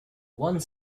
one